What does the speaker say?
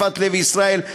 יפעת לוי ישראל,